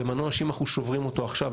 זה מנוע שאם אנחנו שוברים אותו עכשיו,